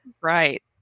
Right